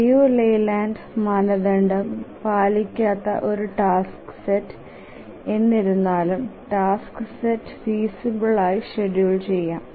Liu Layland മാനദണ്ഡം പാലിക്കാത്ത ഒരു ടാസ്ക് സെറ്റ് എന്നിരുന്നാലും ടാസ്ക് സെറ്റ് ഫീസിബിൽ ആയി ഷ്ഡ്യൂൽ ചെയാം